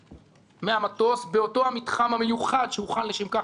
מהמטוס באותו מתחם מיוחד שהוכן לשם כך,